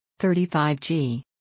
35G